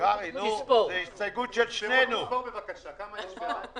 שהם נתונים שלא בידיעת המעסיק אלמלא יעביר אותם העובד